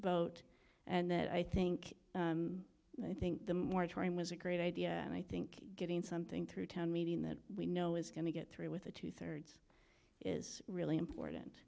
vote and that i think i think the moratorium was a great idea and i think getting something through town meeting that we know is going to get through with a two thirds is really important